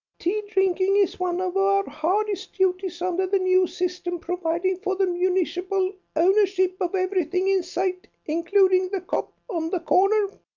tea drinking is one of our hardest duties under the new system providing for the municipal ownership of everything in sight including the cop on the corner.